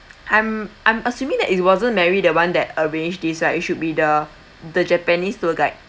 I'm I'm assuming that it wasn't mary that one that arrange this right it should be the the japanese tour guide